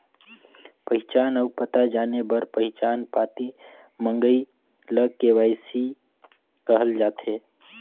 पहिचान अउ पता जाने बर पहिचान पाती मंगई ल के.वाई.सी कहल जाथे